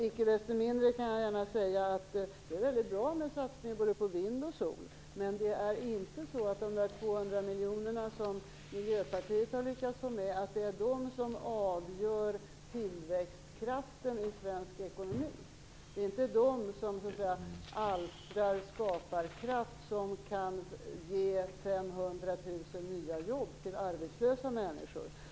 Icke desto mindre kan jag gärna säga att det är väldigt bra med satsningar både på vind och sol. Men det är inte de 200 miljoner som Miljöpartiet har lyckats få med som avgör tillväxtkraften i svensk ekonomi. Det är inte de som alstrar den skaparkraft som kan ge 500 000 nya jobb till arbetslösa människor.